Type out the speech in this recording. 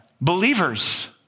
believers